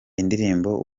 indirimbo